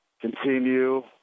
continue